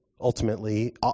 ultimately